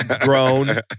grown